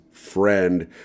Friend